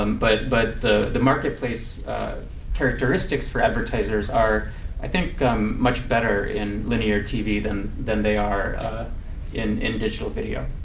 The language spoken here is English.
um but but the the marketplace characteristics for advertisers are i think much better in linear tv than than they are in in digital video.